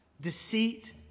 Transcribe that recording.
deceit